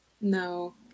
No